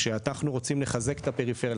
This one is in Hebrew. כשאנחנו רוצים לחזק את הפריפריה,